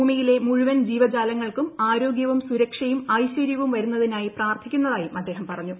ഭൂമിയിലെ മുഴുവൻ ജീവജാലങ്ങൾക്കും ആരോഗ്യവും സുരക്ഷയും ഐശ്ചര്യവും വരുന്നതിനായി പ്രാർത്ഥി ക്കുന്നതായും അദ്ദേഹം പറഞ്ഞു